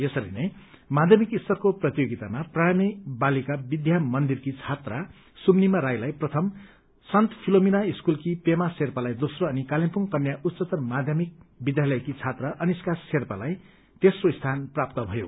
यसरी नै माध्यमिक स्तरको प्रतियोगितामा प्रणामी बालिका विद्या मन्दिर की छात्रा सुम्निमा राईलाई प्रथम सन्त फिलोमिना स्कूलकी पेमा शेर्पालाई दोम्रो अनि कालेबुङ कन्या उच्चतर माध्यमिक विद्यालयकी छात्रा अनिस्का शर्मालाई तेम्रो स्थान प्राप्त भयो